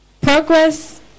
progress